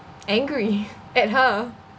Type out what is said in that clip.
angry at her